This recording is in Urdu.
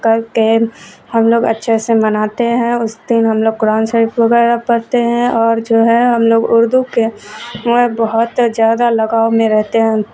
کر کے ہم لوگ اچھے سے مناتے ہیں اس دن ہم لوگ قرآن شریف وغیرہ پڑھتے ہیں اور جو ہے ہم لوگ اردو کے بہت زیادہ لگاؤ میں رہتے ہیں